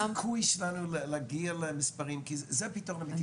להגיע למספרים כי זה פתרון.